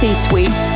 C-suite